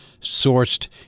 sourced